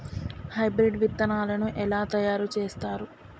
Hybrid విత్తనాలను ఎలా తయారు చేస్తారు?